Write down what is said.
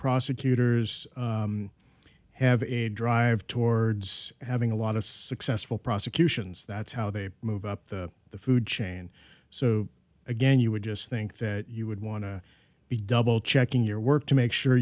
prosecutors have a drive towards having a lot of successful prosecutions that's how they move up the food chain so again you would just think that you would want to be double checking your work to make sure